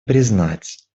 признать